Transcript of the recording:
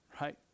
right